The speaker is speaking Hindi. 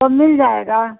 तो मिल जाएगा